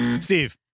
Steve